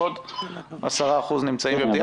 ועוד 10% נמצאים בבדיקה.